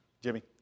Jimmy